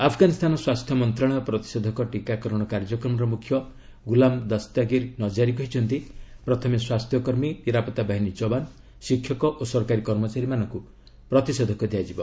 ଆଫଗାନିସ୍ଥାନ ସ୍ୱାସ୍ଥ୍ୟ ମନ୍ତ୍ରଶାଳୟ ପ୍ରତିଷେଧକ ଟିକାକରଣ କାର୍ଯ୍ୟକ୍ରମର ମୁଖ୍ୟ ଗୁଲାମ ଦସ୍ତାଗିର୍ ନଜାରୀ କହିଛନ୍ତି ପ୍ରଥମେ ସ୍ୱାସ୍ଥ୍ୟକର୍ମୀ ନିରାପତ୍ତା ବାହିନୀ ଯବାନ ଶିକ୍ଷକ ଓ ସରକାରୀ କର୍ମଚାରୀମାନଙ୍କୁ ପ୍ରତିଷେଧକ ଦିଆଯିବ